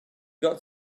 got